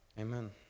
Amen